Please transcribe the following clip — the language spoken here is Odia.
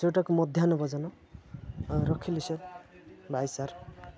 ଯେଉଁଟାକି ମଧ୍ୟାହ୍ନ ଭୋଜନ ରଖିଲି ସାର୍ ବାଏ ସାର୍